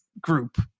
group